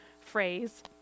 phrase